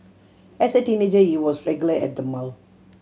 as a teenager he was regular at the mall